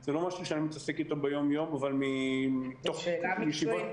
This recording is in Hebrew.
זה לא משהו שאני מתעסק איתו ביום יום -- זו שאלה מקצועית,